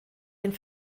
den